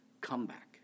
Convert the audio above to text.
comeback